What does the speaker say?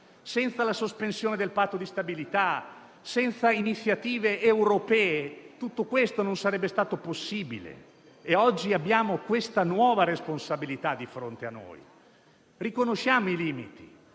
Senza la sospensione del Patto di stabilità e senza iniziative europee tutto questo non sarebbe stato possibile. Oggi abbiamo questa nuova responsabilità di fronte a noi. Riconosciamo i limiti,